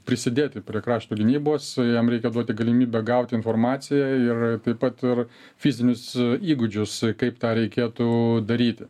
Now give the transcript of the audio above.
prisidėti prie krašto gynybos jam reikia duoti galimybę gauti informaciją ir taip pat ir fizinius įgūdžius kaip tą reikėtų daryti